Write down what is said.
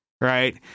right